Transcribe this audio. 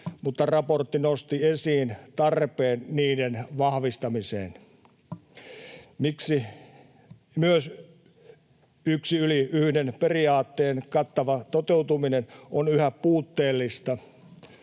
mutta raportti nosti esiin tarpeen niiden vahvistamiseen. Myös yksi yli yhden -periaatteen kattava toteutuminen on yhä puutteellista.